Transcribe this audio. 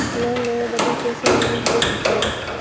Loan लेवे बदी कैसे मिले के पड़ी?